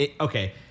okay